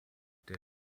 der